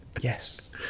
Yes